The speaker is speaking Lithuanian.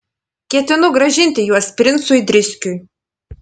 ketinu grąžinti juos princui driskiui